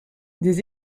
des